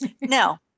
no